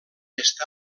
està